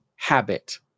habit